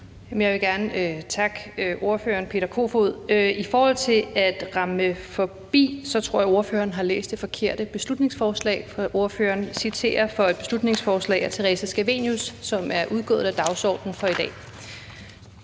Jeg vil gerne takke ordføreren, Peter Kofod. I forhold til det med at ramme forbi, tror jeg, ordføreren har læst det forkerte beslutningsforslag, for ordføreren citerer fra et beslutningsforslag af Theresa Scavenius, som er udgået af dagsordenen for i dag.